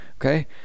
okay